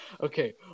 Okay